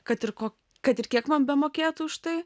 kad ir ko kad ir kiek man bemokėtų už tai